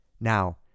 Now